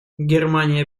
германия